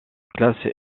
classe